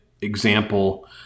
example